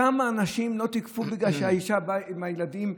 כמה אנשים לא תיקפו בגלל שהאישה באה עם הילדים,